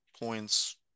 points